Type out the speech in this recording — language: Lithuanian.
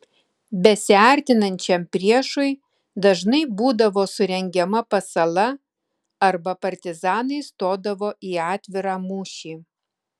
besiartinančiam priešui dažnai būdavo surengiama pasala arba partizanai stodavo į atvirą mūšį